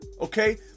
okay